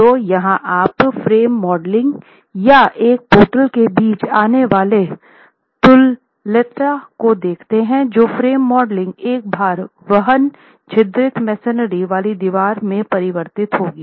तो यहाँ आप फ्रेम मॉडलिंग या एक पोर्टल के बीच आने वाले तुल्यता को देखते हैं जो फ्रेम मॉडलिंग एक भार वहन छिद्रित मेसोनरी वाली दीवार में परिवर्तित होगी